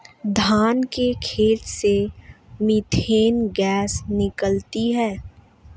धान के खेत से मीथेन गैस निकलती है